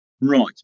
Right